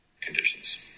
Conditions